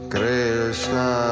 Krishna